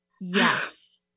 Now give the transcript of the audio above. yes